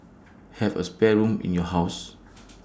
have A spare room in your house